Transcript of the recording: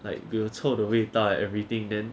like 有臭的味道 and everything then